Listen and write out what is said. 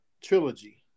Trilogy